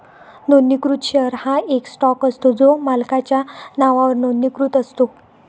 नोंदणीकृत शेअर हा एक स्टॉक असतो जो मालकाच्या नावावर नोंदणीकृत असतो